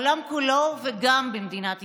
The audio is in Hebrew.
בעולם כולו, וגם במדינת ישראל.